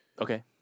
Okay